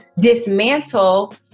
dismantle